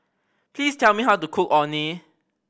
please tell me how to cook Orh Nee